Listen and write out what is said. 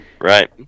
Right